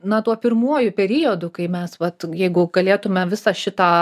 na tuo pirmuoju periodu kai mes vat jeigu galėtume visą šitą